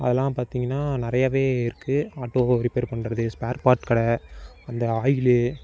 அதெலாம் பார்த்திங்னா நிறையாவே இருக்குது ஆட்டோவை ரிப்பேர் பண்ணுறது ஸ்பேர் பார்ட் கடை அந்த ஆயிலு